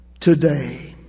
today